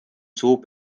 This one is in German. zob